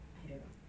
I don't know